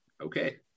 Okay